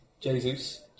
Jesus